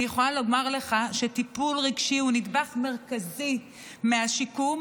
שטיפול רגשי הוא נדבך מרכזי מהשיקום,